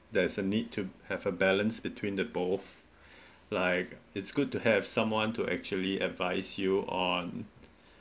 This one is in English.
there's a need to have a balance between the both like it's good to have someone to actually advise you on